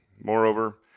Moreover